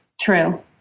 True